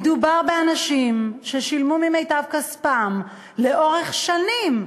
מדובר באנשים ששילמו ממיטב כספם לאורך שנים,